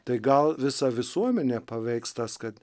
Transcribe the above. tai gal visą visuomenę paveikslas kad